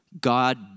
God